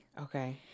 Okay